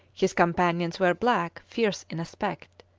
his companions were black, fierce in aspect,